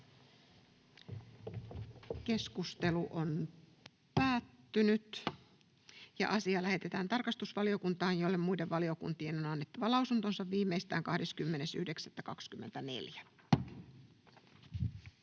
3. asia. Asia lähetetään tarkastusvaliokuntaan, jolle muiden valiokuntien on annettava lausunto viimeistään 20.9.2024.